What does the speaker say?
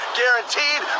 guaranteed